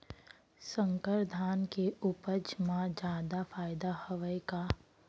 संकर धान के उपज मा जादा फायदा हवय का?